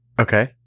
Okay